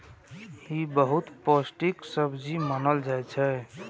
ई बहुत पौष्टिक सब्जी मानल जाइ छै